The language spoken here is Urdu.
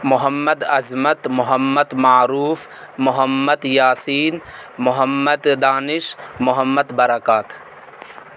محمد عظمت محمد معروف محمد یسین محمت دانش محمد برکات